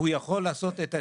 הוא יכול לעשות את התיאומים,